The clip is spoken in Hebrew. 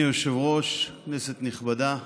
אדוני היושב-ראש, כנסת נכבדה,